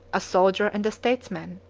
a soldier and a statesman,